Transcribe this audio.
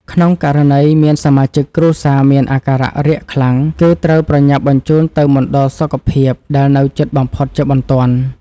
ក្នុងករណីមានសមាជិកគ្រួសារមានអាការៈរាកខ្លាំង គឺត្រូវប្រញាប់បញ្ជូនទៅមណ្ឌលសុខភាពដែលនៅជិតបំផុតជាបន្ទាន់។